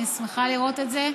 אני שמחה לראות את זה,